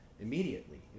immediately